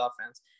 offense